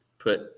put